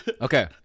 Okay